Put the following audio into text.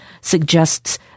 suggests